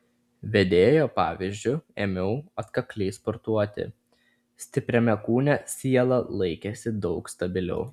vedėjo pavyzdžiu ėmiau atkakliai sportuoti stipriame kūne siela laikėsi daug stabiliau